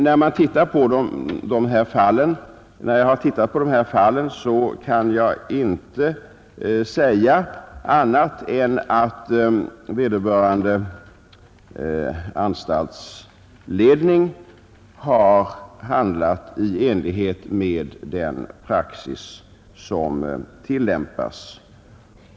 När man studerar fallen kan man inte säga annat än att vederbörande anstaltsledning har handlat i enlighet med den praxis som tillämpas.